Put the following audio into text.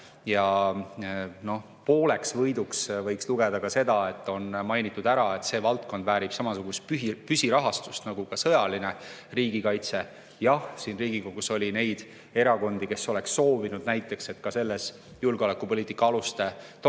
varem. Pooleks võiduks võiks lugeda ka seda, et on mainitud ära, et see valdkond väärib samasugust püsirahastust nagu sõjaline riigikaitse. Jah, siin Riigikogus oli neid erakondi, kes oleks soovinud, et ka selles julgeolekupoliitika aluste dokumendis